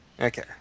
Okay